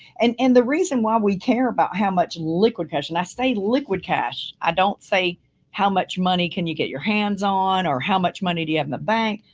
and and the reason why we care about how much liquid cash and i say liquid cash, i don't say how much money can you get your hands on, or how much money do you have in the bank?